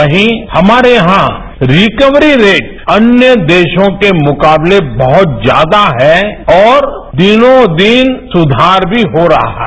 वहीं हमारे यहां रिकवरी रेट अन्य देशों के मुकाबले बहुत ज्यादा है और दिनों दिन सुधार भी हो रहा है